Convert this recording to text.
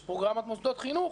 יש פרוגרמת מוסדות חינוך,